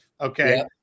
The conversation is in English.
Okay